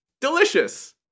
Delicious